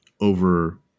over